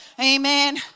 Amen